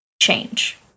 change